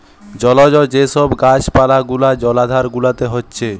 জলজ যে সব গাছ পালা গুলা জলাধার গুলাতে হচ্ছে